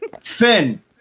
Finn